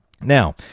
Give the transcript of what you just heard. Now